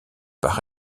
par